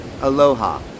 aloha